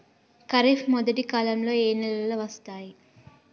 ఖరీఫ్ మొదటి కాలంలో ఏ నెలలు వస్తాయి?